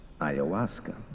ayahuasca